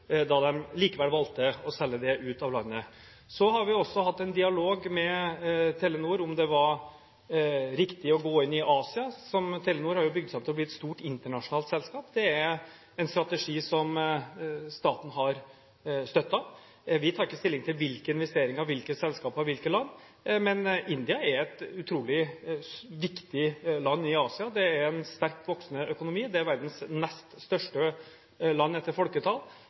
da de likevel valgte å selge det ut av landet. Så har vi også hatt en dialog med Telenor om det var riktig å gå inn i Asia. Telenor har jo bygd seg opp til å bli et stort internasjonalt selskap. Det er en strategi som staten har støttet. Vi tar ikke stilling til hvilke investeringer, hvilke selskaper og hvilke land, men India er et utrolig viktig land i Asia. Det er en sterkt voksende økonomi, det er verdens neste største land målt i folketall,